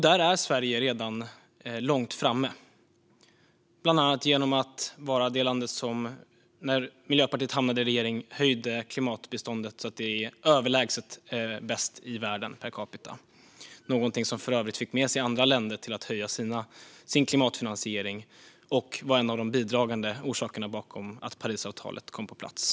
Där är Sverige redan långt framme, bland annat genom att vara det land som - när Miljöpartiet hamnade i regeringen - höjde klimatbiståndet så att det är överlägset bäst i världen per capita. Det är för övrigt någonting som fick andra länder att höja sin klimatfinansiering, och det var en av de bidragande orsakerna till att Parisavtalet kom på plats.